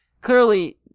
Clearly